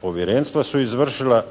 Povjerenstva su izvršila